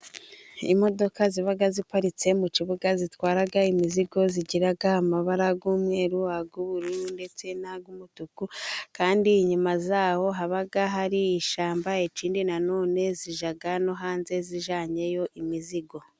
Imodoka ziba ziparitse mu kibuga zitwara imizigo zigira amabara y'umweru ay'ubururu ndetse n'ay'umutuku, kandi inyuma yaho haba hari ishyamba ikindi nanone zijya no hanze zijyanyeyo imizigo.